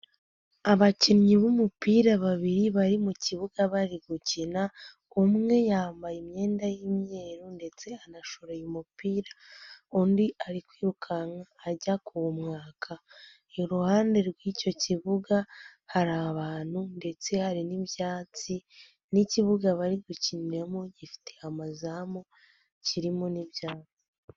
Abakinnyi b'umupira babiri bari mu kibuga bari gukina, umwe yambaye imyenda y'imyeru ndetse anashoreye umupira, undi ari kwirukanka ajya kumwaka, iruhande rw'icyo kibuga harira abantu ndetse hari n'ibyatsi, n'ikibuga bari gukiniramo gifite amazamu, kirimo n'ibyatsi.